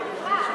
תקרא.